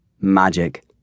Magic